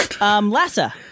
lassa